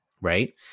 Right